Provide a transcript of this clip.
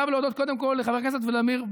אני חייב להודות קודם כול לחבר הכנסת ולדימיר בליאק.